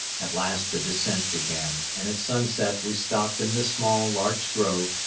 at last the descent began and at sunset we stopped in the small larch grove,